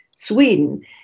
Sweden